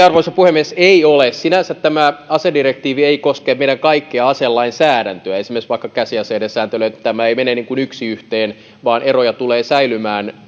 arvoisa puhemies ei ole sinänsä tämä asedirektiivi ei koske meidän kaikkea aselainsäädäntöä esimerkiksi vaikka käsiaseiden sääntelyä tämä ei mene yksi yhteen vaan eroja tulee säilymään